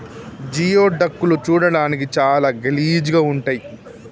geoduck లు చూడడానికి చాలా గలీజ్ గా ఉంటయ్